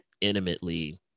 intimately